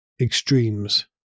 extremes